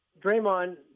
Draymond